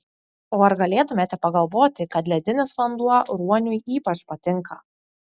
o ar galėtumėte pagalvoti kad ledinis vanduo ruoniui ypač patinka